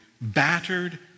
battered